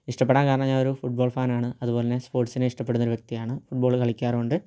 ഇഷ്ടപ്പെടാൻ കാരണം ഞാൻ ഒരു ഫുട്ബോൾ ഫാനാണ് അതുപോലെ തന്നെ സ്പോർട്സിനെ ഇഷ്ടപ്പെടുന്ന ഒരു വ്യക്തിയാണ് ഫുട്ബോള് കളിക്കാറുമുണ്ട്